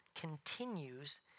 continues